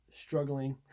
struggling